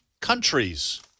countries